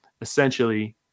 Essentially